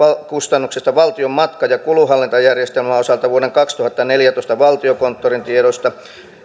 kustannuksista valtion matka ja kulunhallintajärjestelmän osalta vuoden kaksituhattaneljätoista valtiokonttorin tiedoista